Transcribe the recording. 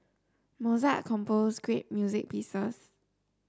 Mozart composed great music pieces